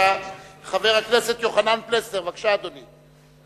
חבר הכנסת יוחנן פלסנר, בבקשה, אדוני.